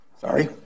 sorry